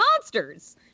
monsters